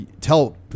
Tell